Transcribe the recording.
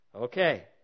Okay